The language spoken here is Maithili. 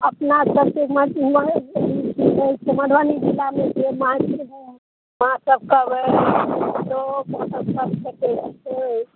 अपना सभकेँ मधुबनी जिलामे माछ सब कबइ रेहु